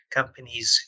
companies